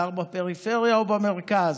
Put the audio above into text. גר בפריפריה או במרכז,